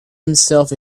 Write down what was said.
himself